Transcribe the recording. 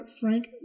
Frank